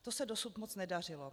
To se dosud moc nedařilo.